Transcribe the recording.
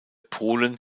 polen